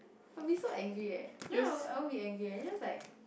I will be so angry eh then I won't be angry eh I'll just like